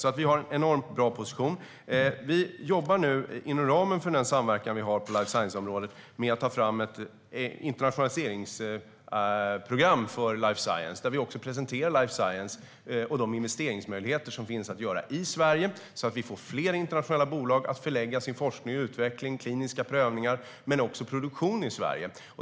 Sverige har en enormt bra position. Inom ramen för den samverkan vi har på life science-området jobbar vi med att ta fram ett internationaliseringsprogram för life science. Vi presenterar de investeringsmöjligheter som finns för life science i Sverige så att fler internationella bolag ska förlägga sin forskning, utveckling, kliniska prövningar och produktion till Sverige.